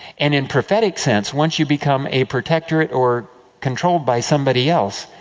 and, in prophetic sense, once you become a protectorate, or controlled by somebody else,